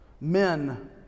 men